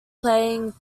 playing